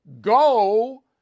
go